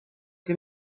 che